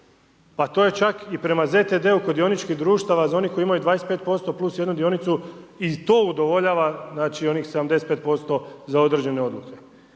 pa to je čak i prema ZTD-u kod dioničkih društava za one koji imaju 25% + jednu dionicu i to udovoljava, znači, onih 75% za određene odluke.